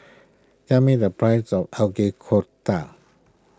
tell me the price of Kofta